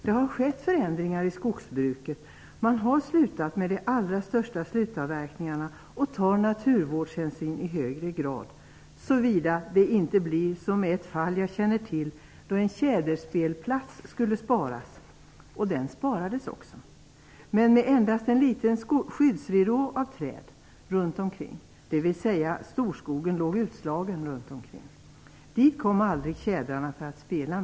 Det har skett förändringar i skogsbruket - man har slutat med de allra största slutavverkningarna och tar i högre grad naturvårdshänsyn. Men i ett fall som jag känner till skulle en tjäderspelplats sparas - och den sparades också men endast med en liten skyddsridå av träd runt omkring, dvs. storskogen där utanför låg utslagen. Dit kom aldrig mer tjädrarna för att spela!